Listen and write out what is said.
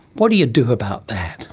what do you do about that?